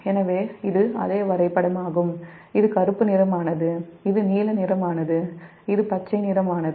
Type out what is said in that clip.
எனவே இது அதே வரைபடமாகும் இது கருப்பு நிறமானது இது நீல நிறமானது இது பச்சை நிறமானது